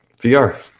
VR